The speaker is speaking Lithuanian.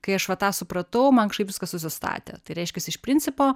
kai aš va tą supratau man kažkaip viskas susistatė tai reiškias iš principo